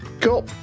Cool